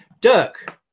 Dirk